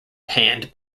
panned